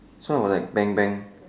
so I was like bang bang